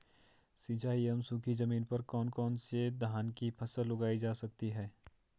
सिंचाई एवं सूखी जमीन पर कौन कौन से धान की फसल उगाई जा सकती है?